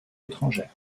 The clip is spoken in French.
étrangères